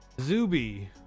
Zuby